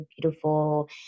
beautiful